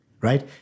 right